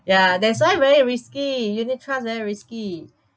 ya that's why very risky unit trusts very risky